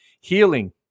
healing